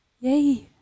Yay